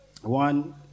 One